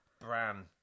Bran